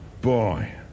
boy